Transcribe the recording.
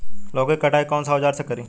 लौकी के कटाई कौन सा औजार से करी?